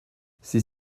ces